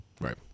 right